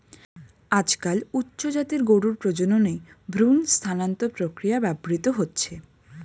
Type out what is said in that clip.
আজকাল উচ্চ জাতের গরুর প্রজননে ভ্রূণ স্থানান্তর প্রক্রিয়া ব্যবহৃত হচ্ছে